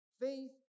faith